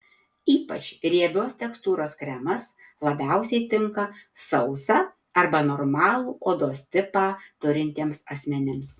ypač riebios tekstūros kremas labiausiai tinka sausą arba normalų odos tipą turintiems asmenims